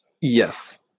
Yes